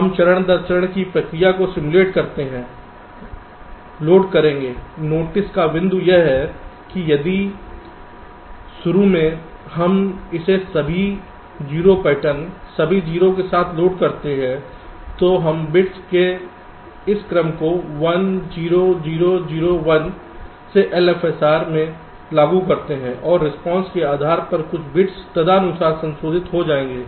इसलिए हम चरण दर चरण की प्रक्रिया को सिमुलेट करते हैं लोड करेंगे नोटिस का बिंदु यह है कि शुरू में हम इसे सभी 0 पैटर्न सभी 0 के साथ लोड करते हैं फिर हम बिट्स के इस क्रम को 1 0 0 0 1 से LFSR में लागू करते हैं और रिस्पांस के आधार पर कुछ बिट्स तदनुसार संशोधित हो जाएंगे